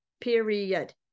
Period